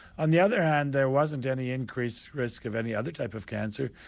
on the other hand there wasn't any increased risk of any other type of cancer.